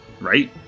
right